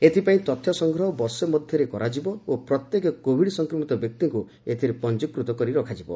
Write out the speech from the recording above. ଏଥିପାଇଁ ତଥ୍ୟ ସଂଗ୍ରହ ବର୍ଷେ ମଧ୍ୟରେ କରାଯିବ ଓ ପ୍ରତ୍ୟେକ କୋଭିଡ୍ ସଂକ୍ରମିତ ବ୍ୟକ୍ତିଙ୍କୁ ଏଥିରେ ପଞ୍ଜିକୃତ କରି ରଖାଯିବ